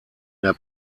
der